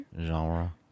Genre